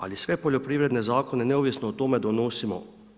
Ali sve poljoprivredne zakone neovisno o tome donosimo.